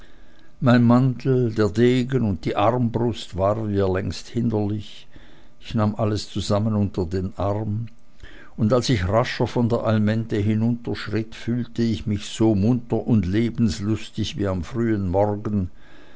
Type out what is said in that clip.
mein mantel der degen und die armbrust waren mir längst hinderlich ich nahm alles zusammen unter den arm und als ich rascher von der allmende hinunterschritt fühlte ich mich so munter und lebenslustig wie am frühen morgen